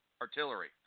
artillery